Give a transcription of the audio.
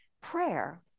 Prayer